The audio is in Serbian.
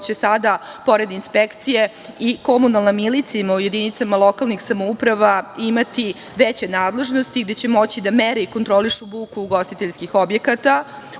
će sada pored inspekcije i komunalna milicija u jedinicama lokalnih samouprava imati veće nadležnosti, da će moći da meri i kontroliše buku ugostiteljskih objekata.